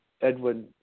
Edwin